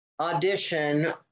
audition